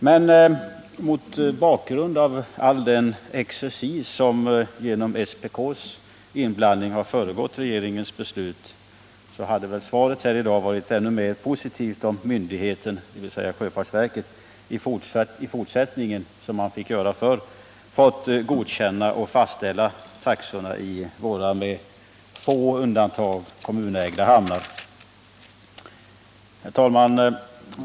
Mot bakgrunden av all den exercis som genom SPK:s inblandning har föregått beslutet hade svaret i dag varit ännu mera positivt, om det hade inneburit att sjöfartsverket i fortsättningen, liksom tidigare varit fallet, får godkänna och fastställa taxorna i våra med få undantag kommunägda hamnar. Herr talman!